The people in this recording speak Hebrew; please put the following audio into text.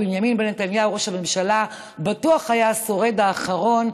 בנימין נתניהו ראש הממשלה בטוח היה השורד האחרון,